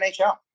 NHL